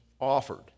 offered